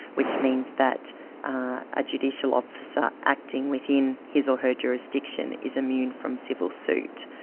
which means that a judicial officer acting within his or her jurisdiction is immune from civil suit.